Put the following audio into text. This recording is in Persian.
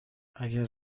اگر